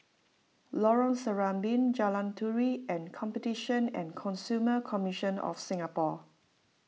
Lorong Serambi Jalan Turi and Competition and Consumer Commission of Singapore